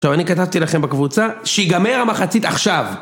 טוב אני כתבתי לכם בקבוצה, שיגמר המחצית עכשיו!